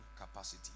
capacity